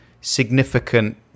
significant